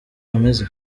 bameze